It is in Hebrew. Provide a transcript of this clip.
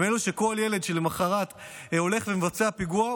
כל ילד שלמוחרת הולך ומבצע פיגוע,